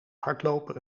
hardloper